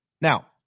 Now